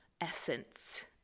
essence